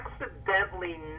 accidentally